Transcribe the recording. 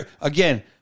again